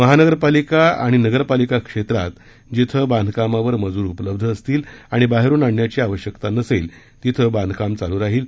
महानगरपालिका आणि नगरपालिका क्षेत्रात जिथे बांधकामावर मजूर उपलब्ध असतील आणि बाहेरून आणण्याची आवश्यकता नसेल तिथे बांधकाम चालू राहील